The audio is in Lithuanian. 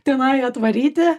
tenai atvaryti